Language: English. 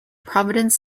providence